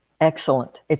Excellent